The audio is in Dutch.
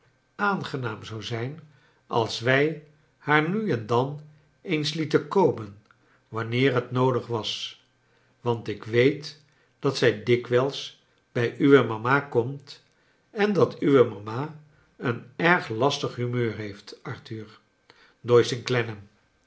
aangenaam zou zijn als wij haar nu en dan eens lieten komen wanneer het noodig was want ik weet dat zij dikwijls bij uwe mama komt en dat uwe mama een erg lastig humeur heeft arthur doyce en